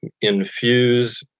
infuse